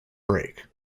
break